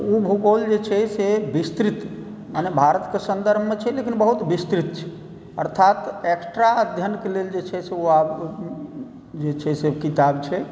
ओ भूगोल जे छै से विस्तृत मने भारतके सन्दर्भमे छै लेकिन बहुत विस्तृत छै अर्थात एक्स्ट्रा अध्ययनके लेल जे छै से ओ आब जे छै से किताब छै